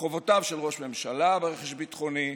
חובותיו של ראש ממשלה ברכש ביטחוני,